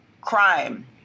Crime